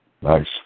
Nice